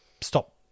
stop